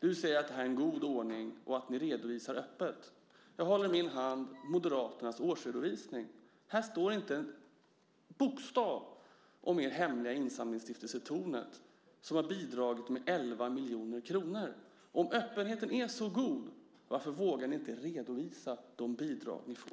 säger att det är en god ordning och att ni redovisar öppet. Jag håller i min hand Moderaternas årsredovisning. Här står inte en bokstav om er hemliga insamlingsstiftelse Tornet som har bidragit med 11 miljoner kronor. Om öppenheten är så god, varför vågar ni inte öppet redovisa de bidrag ni får?